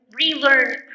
Relearn